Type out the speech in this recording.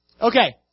Okay